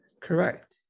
Correct